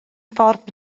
ffordd